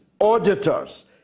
auditors